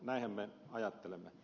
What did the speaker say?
näinhän me ajattelemme